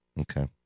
Okay